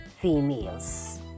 females